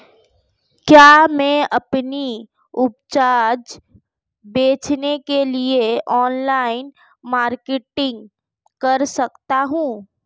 क्या मैं अपनी उपज बेचने के लिए ऑनलाइन मार्केटिंग कर सकता हूँ?